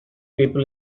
people